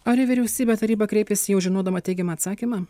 ar į vyriausybę taryba kreipėsi jau žinodama teigiamą atsakymą